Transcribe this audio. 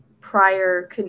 prior